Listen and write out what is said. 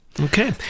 Okay